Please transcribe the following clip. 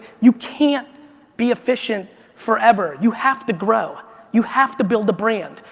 you can't be efficient forever, you have to grow, you have to build a brand.